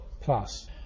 plus